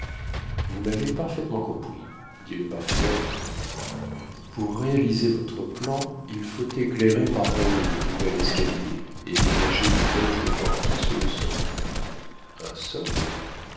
vous m'avez parfaitement compris dit le parfumeur étonné pour réaliser votre plan il faut éclairer par en haut le nouvel escalier et ménager une loge de portier sous le socle un socle